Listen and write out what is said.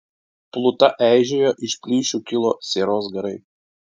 pluta eižėjo iš plyšių kilo sieros garai